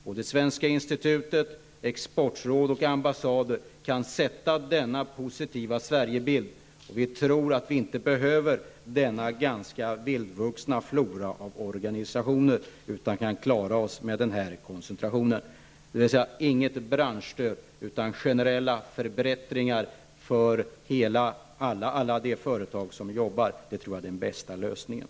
Både svenska institutet, exportrådet och ambassaderna kan skapa en positiv Sverigebild. Vi tror inte att denna ganska vildvuxna flora av organisationer behövs, utan vi tror att vi kan klara oss med denna koncentration, dvs. inget branschstöd utan generella förbättringar för alla de företag som jobbar. Det tror vi är den bästa lösningen.